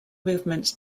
movement